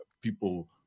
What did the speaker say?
people